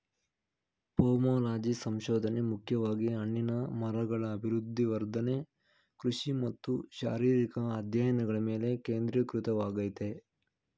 pomology ಸಂಶೋಧನೆ ಮುಖ್ಯವಾಗಿ ಹಣ್ಣಿನ ಮರಗಳ ಅಭಿವೃದ್ಧಿ ವರ್ಧನೆ ಕೃಷಿ ಮತ್ತು ಶಾರೀರಿಕ ಅಧ್ಯಯನಗಳ ಮೇಲೆ ಕೇಂದ್ರೀಕೃತವಾಗಯ್ತೆ